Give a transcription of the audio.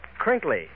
crinkly